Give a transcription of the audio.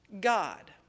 God